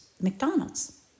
McDonald's